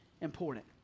important